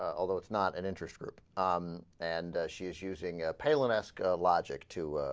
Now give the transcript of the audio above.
although it's not an interest group um and ah. she's using ah. payload ask ah. logic to